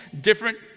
different